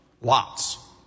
lots